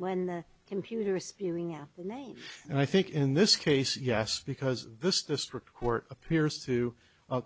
when the computer spearing our name and i think in this case yes because this district court appears to